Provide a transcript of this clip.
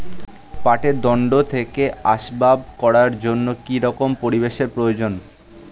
পাটের দণ্ড থেকে আসবাব করার জন্য কি রকম পরিবেশ এর প্রয়োজন?